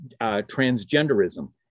transgenderism